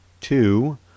two